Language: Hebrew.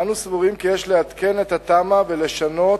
אנו סבורים כי יש לעדכן את התמ"א ולשנות